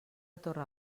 torre